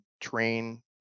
train